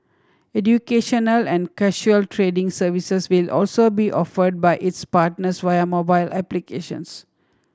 educational and casual trading services will also be offered by its partners via mobile applications